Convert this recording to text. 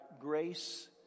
grace